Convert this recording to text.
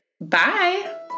Bye